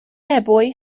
ebwy